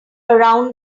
around